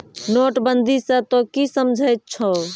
नोटबंदी स तों की समझै छौ